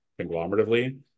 conglomeratively